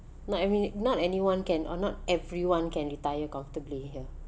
not I mean not anyone can or not everyone can retire comfortably here